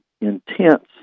intense